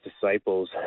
disciples